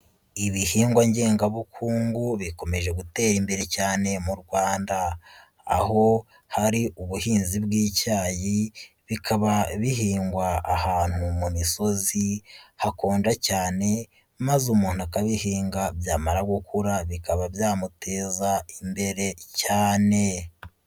Ibihingwa ngengabukungu bikomeje gutera imbere cyane mu Rwanda, aho hari ubuhinzi bw'icyayi, bikaba bihingwa ahantu mu misozi hakonja cyane, maze umuntu akabihinga byamara gukura bikaba byamuteza imbere cyane.